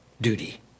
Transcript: duty